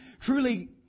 Truly